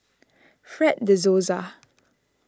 Fred De Souza